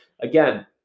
again